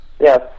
Yes